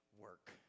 work